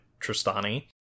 Tristani